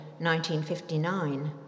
1959